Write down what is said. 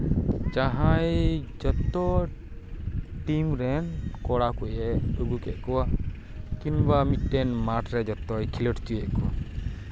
ᱡᱟᱦᱟᱸᱭ ᱡᱚᱛᱚ ᱴᱤᱢ ᱨᱮᱱ ᱠᱚᱲᱟ ᱠᱚᱭᱮ ᱟᱹᱜᱩ ᱠᱮᱫ ᱠᱚᱣᱟ ᱠᱤᱢᱵᱟ ᱢᱤᱫᱴᱮᱱ ᱢᱟᱴᱷ ᱨᱮ ᱡᱚᱛᱚᱭ ᱠᱷᱮᱞᱳᱰ ᱦᱚᱪᱚᱭᱮᱫ ᱠᱚᱣᱟ